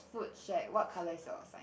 food shack what colour is your sign